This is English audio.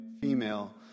female